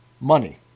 money